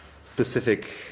specific